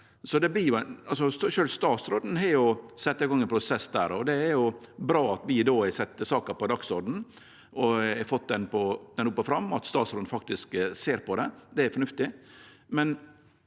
sjølv statsråden har sett i gang ein prosess der, og det er bra – når vi har sett saka på dagsordenen og har fått det opp og fram – at statsråden faktisk ser på det. Det er fornuftig.